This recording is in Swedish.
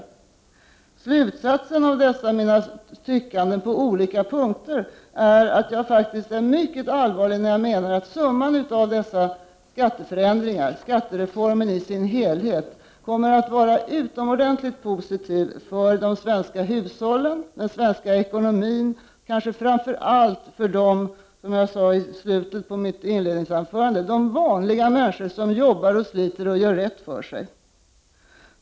En slutsats som jag kan dra i fråga om vad jag tycker på de olika punkterna är faktiskt att jag är mycket allvarlig när jag säger att skattereformen i sin helhet kommer att vara utomordentligt positiv för de svenska hushållen, för den svenska ekonomin och framför allt kanske för — som jag sade i slutet av mitt inledningsanförande — vanliga människor som sliter och gör rätt för sig.